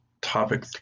Topic